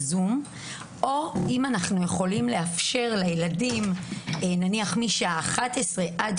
או אם אנחנו יכולים לאפשר לילדים נניח משעה 11:00 עד